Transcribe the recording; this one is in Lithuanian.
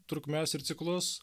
trukmes ir ciklus